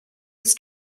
his